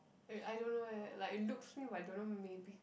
wait I don't know eh like looks new but I don't know maybe